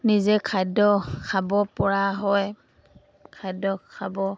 নিজে খাদ্য খাব পৰা হয় খাদ্য খাব